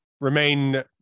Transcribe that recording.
remain